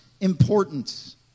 importance